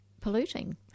polluting